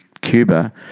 Cuba